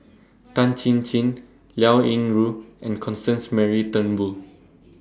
Tan Chin Chin Liao Yingru and Constance Mary Turnbull